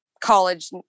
college